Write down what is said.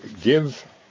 give